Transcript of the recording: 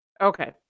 Okay